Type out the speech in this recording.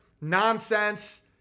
nonsense